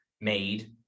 made